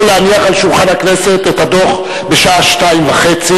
להניח על שולחן הכנסת את הדוח בשעה 14:30,